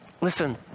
Listen